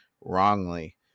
wrongly